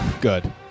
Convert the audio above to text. Good